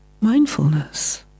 mindfulness